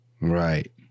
Right